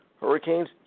Hurricanes